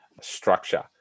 structure